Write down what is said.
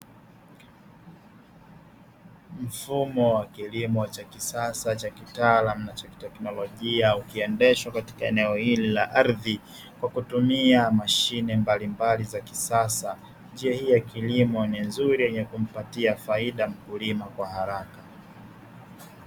Mfumo wa kilimo cha kisasa cha kitaalamu na cha kiteknolojia ukiendeshwa katika eneo hili la ardhi kwa kutumia mashine mbalimbali za kisasa, njia hii ya kilimo ni nzuri yenye kumpatia faida mkulima kwa haraka.